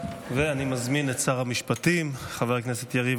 אני מזמין את שר המשפטים חבר הכנסת יריב